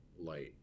light